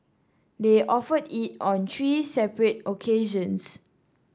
they offered it on three separate occasions